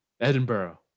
Edinburgh